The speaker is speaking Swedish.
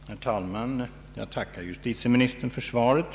Herr talman! Jag tackar justitieministern för svaret.